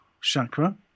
Chakra